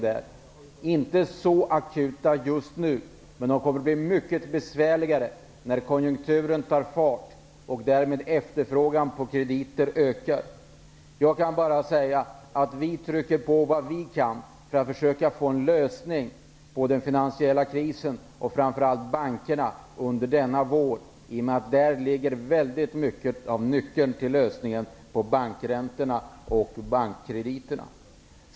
De är inte så akuta just nu, men de kommer att bli mycket besvärligare när konjunkturen tar fart och efterfrågan på krediter därmed ökar. Jag kan bara säga att vi i regeringen trycker på vad vi kan för att försöka få en lösning på den finansiella krisen och framför allt på bankernas problem under våren. Där ligger till stor del nyckeln till lösningen på problemen med bankräntorna och bankkrediterna.